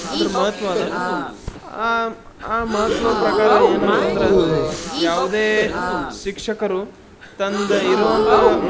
ಅದ್ರ ಮಹತ್ವ ಅದ ಆ ಮಹತ್ವ ಪ್ರಕಾರ ಏನಂತಂದ್ರೆ ಯಾವುದೇ ಶಿಕ್ಷಕರು ತಂದು ಇರುವಂಥ